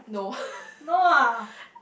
no